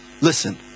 Listen